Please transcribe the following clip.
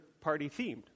Party-themed